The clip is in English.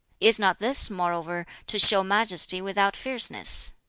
is not this moreover to show majesty without fierceness?